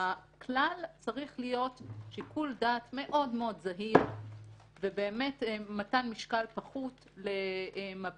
הכלל צריך להיות שיקול דעת מאוד מאוד זהיר ומתן משקל פחות למב"ד,